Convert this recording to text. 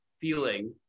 feeling